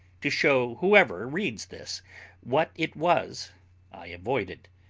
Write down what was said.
to show whoever reads this what it was i avoided,